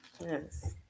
Yes